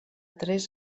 tres